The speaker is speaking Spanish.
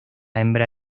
hembra